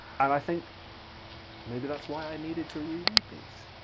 and i think maybe that's why i needed to re-read these.